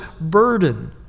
burden